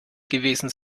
gewesen